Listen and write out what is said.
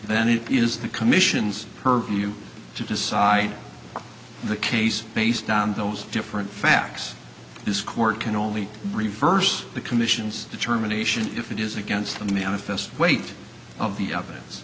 then it is the commission's purview to decide the case based on those different facts this court can only reverse the commission's determination if it is against the manifest weight of the evidence